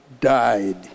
died